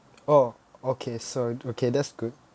oh okay sorry okay that's good